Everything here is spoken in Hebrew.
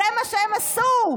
זה מה שהם עשו.